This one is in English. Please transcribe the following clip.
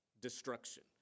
destruction